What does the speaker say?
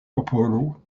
popolo